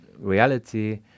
Reality